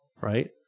right